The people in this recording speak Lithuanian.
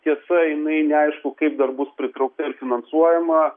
tiesa jinai neaišku kaip dar bus pritraukta ir finansuojama